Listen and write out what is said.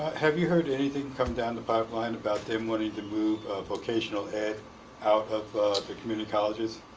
have you heard anything from down the pipeline about them wanting to move vocational ed out of the community colleges?